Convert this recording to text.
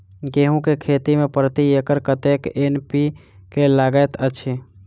गेंहूँ केँ खेती मे प्रति एकड़ कतेक एन.पी.के लागैत अछि?